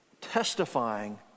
testifying